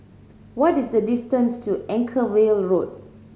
what is the distance to Anchorvale Road